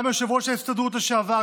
גם יושב-ראש ההסתדרות לשעבר,